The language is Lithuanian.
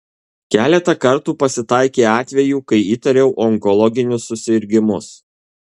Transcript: keletą kartų pasitaikė atvejų kai įtariau onkologinius susirgimus